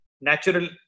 natural